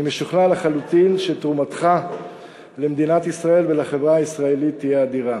אני משוכנע לחלוטין שתרומתך למדינת ישראל ולחברה הישראלית תהיה אדירה.